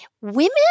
Women